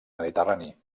mediterrani